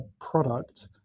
product